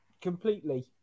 completely